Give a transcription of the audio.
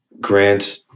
Grant